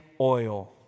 oil